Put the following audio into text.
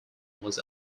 was